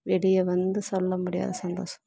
வெளியே வந்து சொல்ல முடியாத சந்தோஷம்